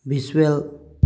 visual